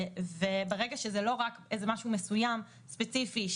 ברגע שזה לא משהו ספציפי,